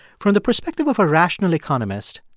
from the perspective of a rational economist,